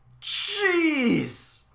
Jeez